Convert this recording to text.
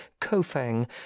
kofang